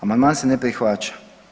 Amandman se ne prihvaća.